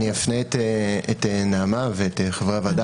אני אפנה את נעמה ואת חברי הוועדה